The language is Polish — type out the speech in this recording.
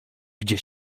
gdzie